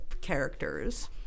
characters